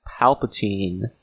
Palpatine